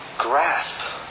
Grasp